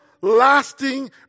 lasting